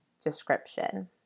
description